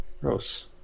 Gross